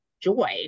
joy